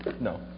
no